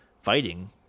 fighting